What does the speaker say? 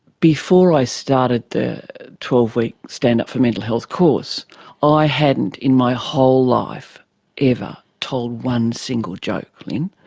before i started the twelve week stand up for mental health course i hadn't in my whole life ever told one single joke, lynne.